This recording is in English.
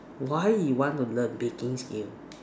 why you want to learn baking skill